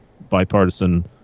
bipartisan